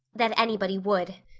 that anybody would.